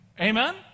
Amen